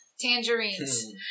tangerines